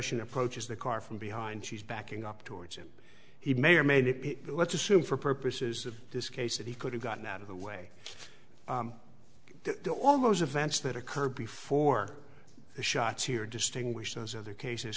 russian approaches the car from behind she's backing up towards him he may or may let's assume for purposes of this case that he could have gotten out of the way do all those events that occurred before the shots here distinguish those other cases